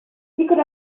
could